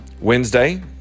Wednesday